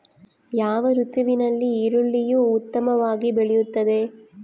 ಯಾವ ಋತುವಿನಲ್ಲಿ ಈರುಳ್ಳಿಯು ಉತ್ತಮವಾಗಿ ಬೆಳೆಯುತ್ತದೆ?